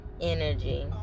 energy